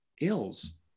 il's